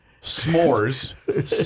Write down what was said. s'mores